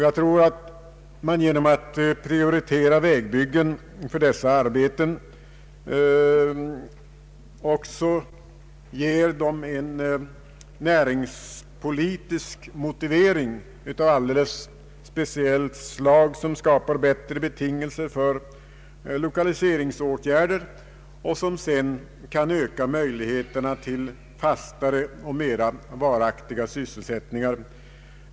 Jag tror att man genom att prioritera vägbyggen ger dem en näringspolitisk motivering av alldeles speciellt slag som skapar bättre betingelser för lokaliseringsåtgärder och som sedan kan öka möjligheterna till fastare och mera varaktiga sysselsättningar.